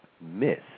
miss